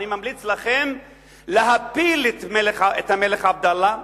אני ממליץ לכם להפיל את המלך עבדאללה,